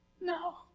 No